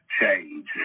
change